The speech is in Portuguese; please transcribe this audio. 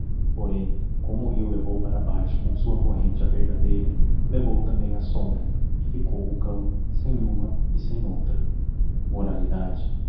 porém como o rio levou para baixo com sua corrente a verdadeira levou também a sombra e licou o cão sem huma e sem outra